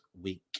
week